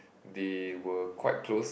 they were quite close